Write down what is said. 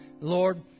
Lord